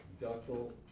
ductile